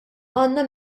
għandna